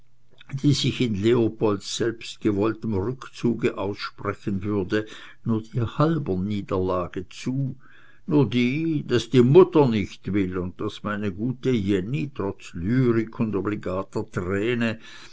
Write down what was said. die sich in leopolds selbstgewolltem rückzuge aussprechen würde nur die halbe niederlage zu nur die daß die mutter nicht will und daß meine gute jenny trotz lyrik und obligater träne